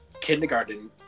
kindergarten